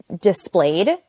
displayed